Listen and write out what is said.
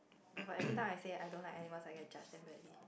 oh but everytime I said I don't like animals I get judged damn badly